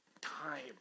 time